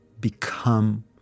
become